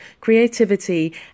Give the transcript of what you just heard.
creativity